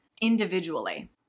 individually